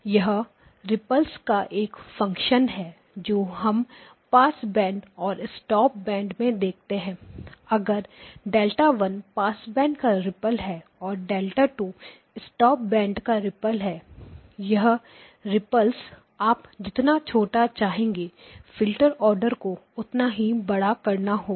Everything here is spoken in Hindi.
यह रिपल का एक फ़ंक्शन है जो हम पास बैंड और स्टॉप बैंड में देखते हैं अगर Δ1 पास बैंड का रिपल है और Δ2 स्टॉप बैंड का रिपल है यह रिपल्स आप जितना छोटा चाहेंगे फिल्टर आर्डर को उतना ही बड़ा करना होगा